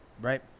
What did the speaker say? Right